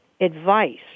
advice